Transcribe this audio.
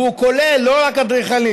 והוא כולל לא רק אדריכלים,